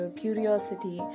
curiosity